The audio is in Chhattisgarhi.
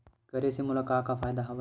करे से मोला का का फ़ायदा हवय?